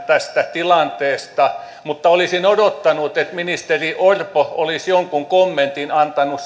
tästä tilanteesta mutta olisin odottanut että ministeri orpo olisi jonkun kommentin antanut